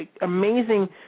amazing